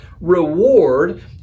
reward